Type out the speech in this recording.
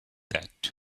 that